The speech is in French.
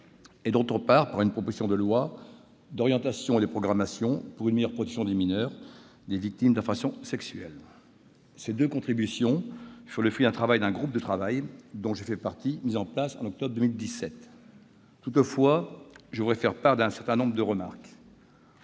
et, d'autre part, d'une proposition de loi d'orientation et de programmation pour une meilleure protection des mineurs victimes d'infractions sexuelles. Ces deux contributions furent le fruit d'un groupe de travail, dont j'ai fait partie, mis en place en octobre 2017. Toutefois, je voudrais vous faire part d'un certain nombre de remarques.